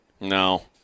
no